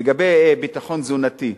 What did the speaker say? לגבי ביטחון תזונתי,